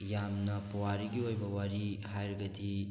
ꯌꯥꯝꯅ ꯄꯨꯋꯥꯔꯤꯒꯤ ꯑꯣꯏꯕ ꯋꯥꯔꯤ ꯍꯥꯏꯔꯒꯗꯤ